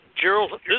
Gerald